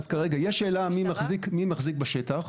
אז כרגע יש שאלה מי מחזיק בשטח.